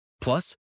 Plus